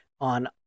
on